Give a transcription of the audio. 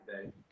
today